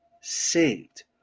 saved